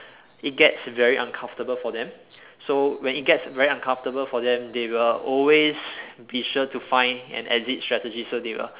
it gets very uncomfortable for them so when it gets very uncomfortable for them they will always be sure to find an exit strategy so they will